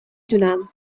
دونم